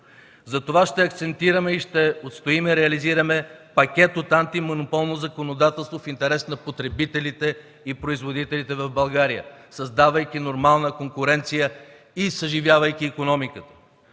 Затова ще акцентираме и ще устоим и реализираме пакет от антимонополно законодателство в интерес на потребителите и производителите в България, създавайки нормална конкуренция и съживявайки икономиката.